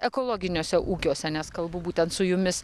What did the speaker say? ekologiniuose ūkiuose nes kalbu būtent su jumis